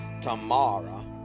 Tamara